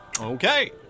Okay